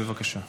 בבקשה.